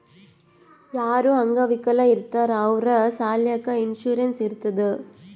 ಯಾರು ಅಂಗವಿಕಲ ಇರ್ತಾರ್ ಅವ್ರ ಸಲ್ಯಾಕ್ ಇನ್ಸೂರೆನ್ಸ್ ಇರ್ತುದ್